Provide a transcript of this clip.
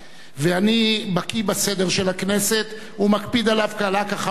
ואני בקי בסדר של הכנסת ומקפיד עליו קלה כחמורה,